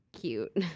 Cute